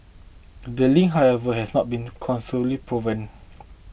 the link however has not been proven